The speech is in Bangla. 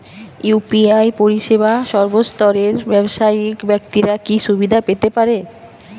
ইউ.পি.আই পরিসেবা সর্বস্তরের ব্যাবসায়িক ব্যাক্তিরা কি সুবিধা পেতে পারে?